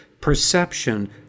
perception